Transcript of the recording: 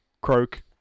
croak